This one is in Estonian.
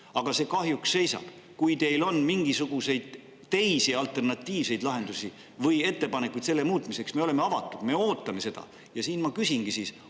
aga see kahjuks seisab. Kui teil on mingisuguseid teisi, alternatiivseid lahendusi või ettepanekuid selle muutmiseks, siis me oleme avatud, me ootame seda. Ja siin ma küsingi,